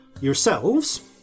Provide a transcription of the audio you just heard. Yourselves